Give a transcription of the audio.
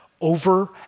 over